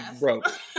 broke